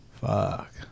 Fuck